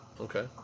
Okay